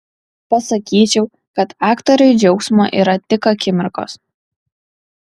pasakyčiau kad aktoriui džiaugsmo yra tik akimirkos